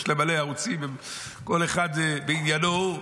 יש להם מלא ערוצים וכל אחד בעניינו הוא.